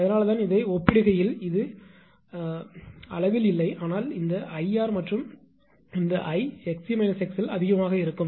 அதனால்தான் இதை ஒப்பிடுகையில் இது அளவில் இல்லை ஆனால் இந்த 𝐼𝑟 மற்றும் இந்த 𝐼 𝑥𝑐 𝑥𝑙 அதிகமாக இருக்கும்